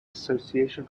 association